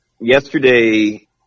yesterday